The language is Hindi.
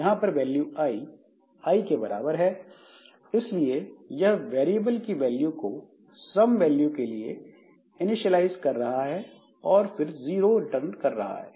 यहां पर वैल्यू आई आई के बराबर है इसलिए यह वेरिएबल की वैल्यू को सम वैल्यू के लिए इनिशियलाइस कर रहा है और फिर जीरो रिटर्न कर रहा है